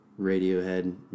Radiohead